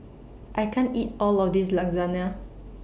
I can't eat All of This Lasagna